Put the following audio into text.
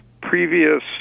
previous